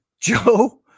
joe